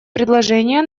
предложения